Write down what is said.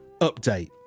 update